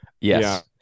yes